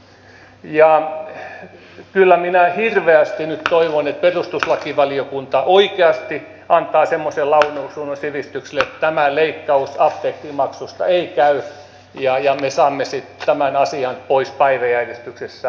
ja kyllä minä hirveästi nyt toivon että perustuslakivaliokunta oikeasti antaa semmoisen lausunnon sivistykselle että tämä leikkaus apteekkimaksusta ei käy ja me saamme sitten tämän asian pois päiväjärjestyksestä